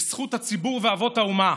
בזכות הציבור ואבות האומה,